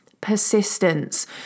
Persistence